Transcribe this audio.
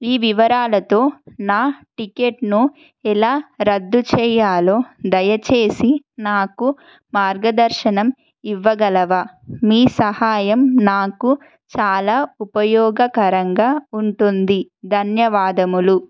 ఈ వివరాలతో నా టిక్కెట్ను ఎలా రద్దు చేయాలో దయచేసి నాకు మార్గదర్శనం ఇవ్వగలవా మీ సహాయం నాకు చాలా ఉపయోగకరంగా ఉంటుంది ధన్యవాదములు